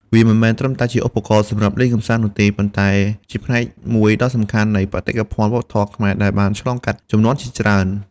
វាមិនមែនត្រឹមតែជាឧបករណ៍សម្រាប់លេងកម្សាន្តនោះទេ ប៉ុន្តែជាផ្នែកមួយដ៏សំខាន់នៃ បេតិកភណ្ឌវប្បធម៌ខ្មែរ ដែលបានឆ្លងកាត់ជំនាន់ជាច្រើន។